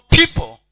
people